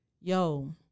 yo